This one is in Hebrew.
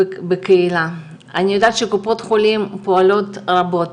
למרפאת הכנסת ליו"ר הכנסת,